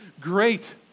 great